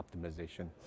optimization